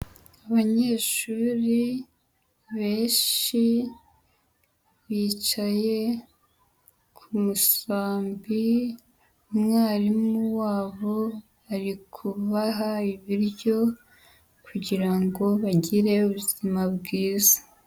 Abanyeshuri benshi bicaye ku musambi, umwarimu wabo ari kubaha ibiryo, kugira ngo bagire ubuzima bwiza.